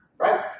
Right